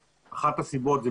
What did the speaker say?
אין להם היום בכלל רישיון עסק.